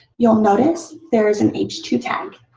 you'll notice there's an h two tag.